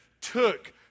took